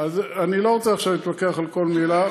אני לא רוצה עכשיו להתווכח על כל מילה,